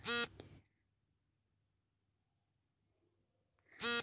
ಧಾನ್ಯಗಳನ್ನು ಕೃತಕವಾಗಿ ಒಣಗಿಸಿ ಸಿದ್ದಗೊಳಿಸುವ ಯಂತ್ರಗಳನ್ನು ತಿಳಿಸಿ?